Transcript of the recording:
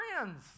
friends